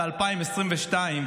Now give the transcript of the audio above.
ב-2022,